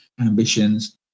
ambitions